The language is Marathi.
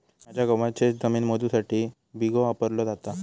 माझ्या गावात शेतजमीन मोजुसाठी बिघो वापरलो जाता